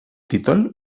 títol